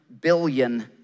billion